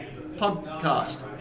podcast